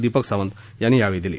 दीपक सावंत यांनी यावेळी दिली